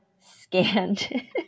scanned